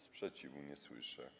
Sprzeciwu nie słyszę.